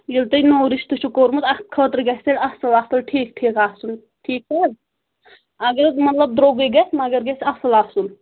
ییٚلہِ تُہۍ نوٚو رِشتہٕ چھُ کوٚرمُت اَتھ خٲطرٕ گژھِ اَصٕل اَصٕل ٹھیٖک ٹھیٖک آسُن ٹھیٖک چھِ حظ اگر مطلب درٛوٚگُے گژھِ مگر گژھِ اَصٕل آسُن